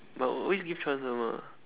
but I will always give chance [one] mah